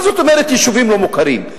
מה זאת אומרת יישובים לא-מוכרים?